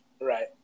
Right